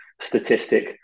statistic